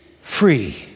free